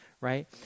right